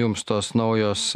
jums tos naujos